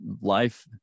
life